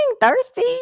thirsty